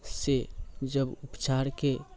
से जब उपचारके